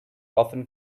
often